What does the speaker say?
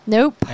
Nope